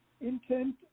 intent